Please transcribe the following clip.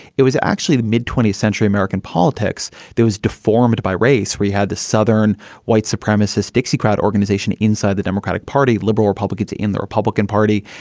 it was actually the mid twentieth century. american politics there was deformed by race. we had the southern white supremacist dixiecrat organization inside the democratic party. liberal republicans in the republican party.